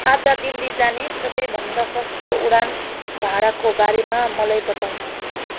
आज दिल्ली जाने सबैभन्दा सस्तो उडान भाडाको बारेमा मलाई बताउनुहोस्